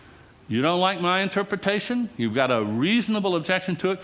you don't like my interpretation? you've got a reasonable objection to it?